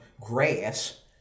grass